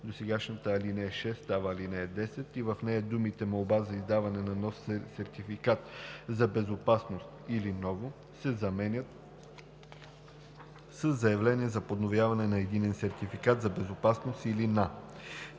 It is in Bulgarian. Досегашната ал. 6 става ал. 10 и в нея думите „молба за издаване на нов сертификат за безопасност или ново“ се заменят със „заявление за подновяване на единен сертификат за безопасност или